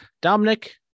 Dominic